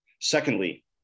Secondly